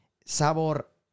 Sabor